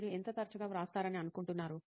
మీరు ఎంత తరచుగా వ్రాస్తారని అనుకుంటున్నారు